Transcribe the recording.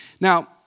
Now